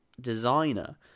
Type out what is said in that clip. designer